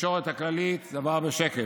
בתקשורת הכללית זה עבר בשקט.